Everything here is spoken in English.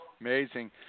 Amazing